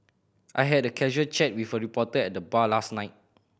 I had a casual chat with a reporter at the bar last night